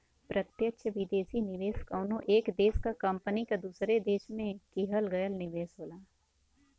प्रत्यक्ष विदेशी निवेश कउनो एक देश क कंपनी क दूसरे देश में किहल गयल निवेश होला